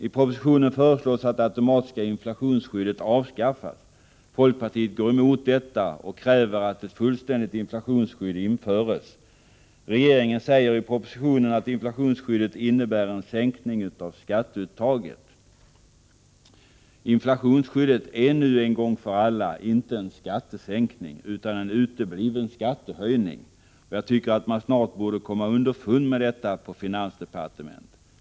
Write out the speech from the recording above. I propositionen föreslås att det automatiska inflationsskyddet avskaffas. Folkpartiet går emot detta och kräver att ett fullständigt inflationsskydd införes. Regeringen säger i propositionen att inflationsskyddet innebär en sänkning av skatteuttaget. Detta är helt fel. Inflationsskyddet är inte en skattesänkning, utan en utebliven skattehöjning. Det tycker jag att man snart borde komma underfund med i finansdepartementet.